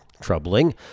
troubling